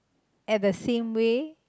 at the same way